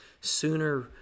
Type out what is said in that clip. sooner